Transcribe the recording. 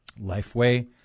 LifeWay